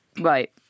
Right